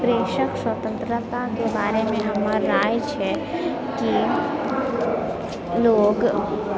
प्रेसके स्वतन्त्रताके बारेमे हमर राइ छै कि लोक